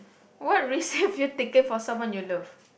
what risk have you taken for someone you love